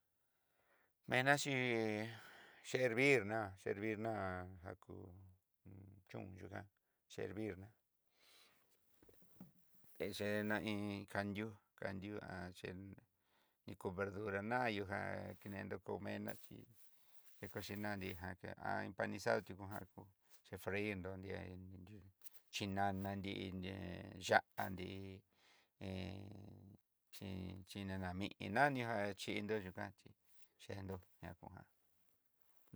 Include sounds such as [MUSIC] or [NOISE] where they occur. Mena xhí chervina, chervina jakú chón chukán, cherviná [NOISE] exhená iin kandiú, kandiú [HESITATION] én iko verdura anto ján, kenendó komená chí, ngekuchinanio jan [HESITATION] panizado chí kunja kú chefreir nró nria iin nruyú, xhinana nrí ihé ya'á nrí, he chí xhinana mí'i nania ján chindó yujan chí kendo ñakojan.